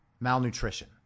malnutrition